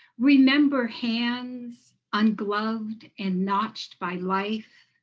remember hands, ungloved and notched by life.